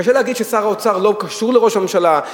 קשה להגיד ששר האוצר לא קשור לראש הממשלה.